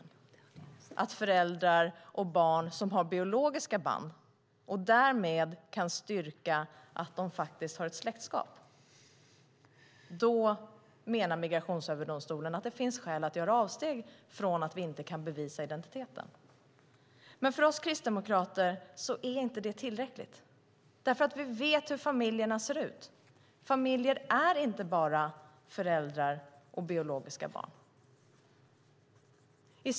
När det gäller föräldrar och barn som har biologiska band och därmed kan styrka att de har ett släktskap menar Migrationsöverdomstolen att finns skäl att göra avsteg från att vi inte kan bevisa identiteten. Men det är inte tillräckligt för oss kristdemokrater. Vi vet hur familjerna ser ut. Familjer är inte bara föräldrar och biologiska barn.